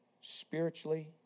spiritually